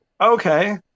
okay